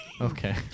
Okay